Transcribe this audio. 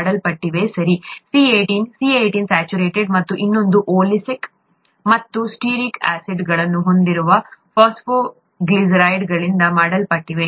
C18 saturated ಮತ್ತು ಇನ್ನೊಂದು oleic ಮತ್ತು ಸ್ಟಿಯರಿಕ್ ಆಸಿಡ್ಗಳನ್ನು ಹೊಂದಿರುವ ಫಾಸ್ಫೋಗ್ಲಿಸರೈಡ್ಗಳಿಂದ ಮಾಡಲ್ಪಟ್ಟಿದೆ